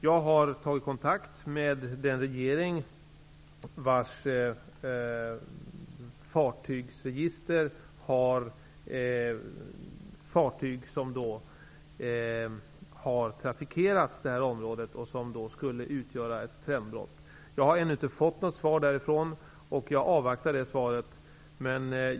Jag har tagit kontakt med den regering vars lands fartygsregister upptar fartyg som har trafikerat detta område, vilket skulle utgöra ett trendbrott. Jag har ännu inte fått något svar. Jag avvaktar det svaret.